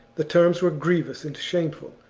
the terms were grievous and shameful,